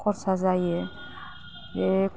खरसा जायो बे